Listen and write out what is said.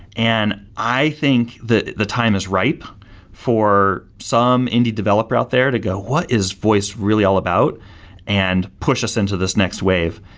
and i think the the time is ripe for some indie developer out there to go, what is voice really all about and push us into this next wave.